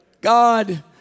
God